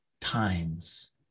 times